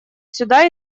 сюда